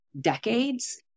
decades